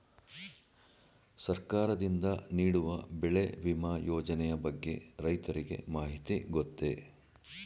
ಸರ್ಕಾರದಿಂದ ನೀಡುವ ಬೆಳೆ ವಿಮಾ ಯೋಜನೆಯ ಬಗ್ಗೆ ರೈತರಿಗೆ ಮಾಹಿತಿ ಗೊತ್ತೇ?